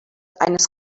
eines